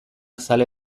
zale